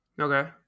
okay